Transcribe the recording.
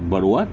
but what